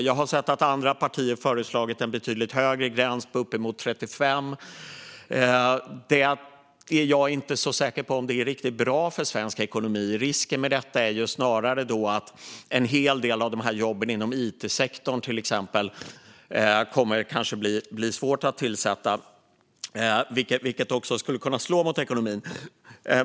Jag har sett att andra partier föreslagit en betydligt högre gräns på uppemot 35 000. Jag är inte så säker på att det är riktigt bra för svensk ekonomi. Risken är snarare att en hel del av jobben inom it-sektorn kommer att bli svåra att tillsätta, vilket skulle kunna slå mot ekonomin.